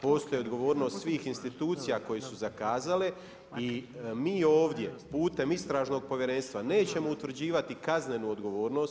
Postoji odgovornost svih institucija koje su zakazale i mi ovdje putem istražnog povjerenstva nećemo utvrđivati kaznenu odgovornost.